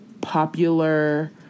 popular